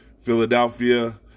Philadelphia